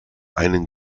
einen